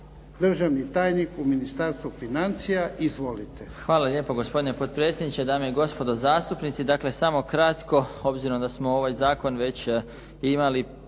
državni tajnik u Ministarstvu financija. Izvolite.